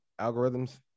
algorithms